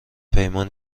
پیمان